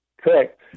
Correct